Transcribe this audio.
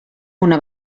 una